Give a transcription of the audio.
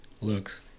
looks